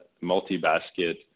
multi-basket